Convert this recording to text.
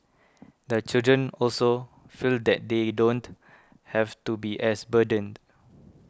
the children also feel that they don't have to be as burdened